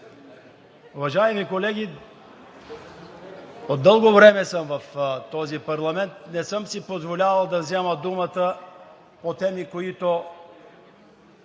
Уважаеми колеги, от дълго време съм в този парламент. Не съм си позволявал да взема думата по теми, по които